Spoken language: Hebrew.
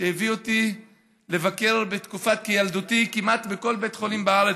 שהביאה אותי לבקר בתקופת ילדותי כמעט בכל בית חולים בארץ,